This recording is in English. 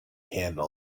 handle